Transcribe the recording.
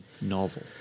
novel